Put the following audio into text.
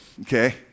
okay